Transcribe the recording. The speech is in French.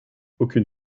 aucune